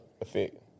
effect